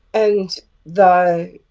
and the